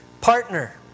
partner